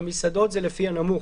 ובמסעדות זה לפי הנמוך.